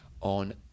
on